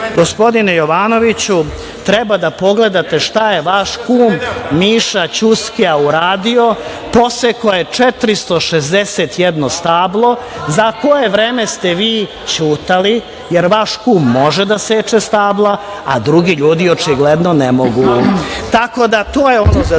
gospodine Jovanoviću, treba da pogledate šta je vaš kum Miša Ćuskija uradio, posekao je 461 stablo za koje vreme ste vi ćutali, jer vaš kum može da seče stabla, a drugi ljudi očigledno ne mogu,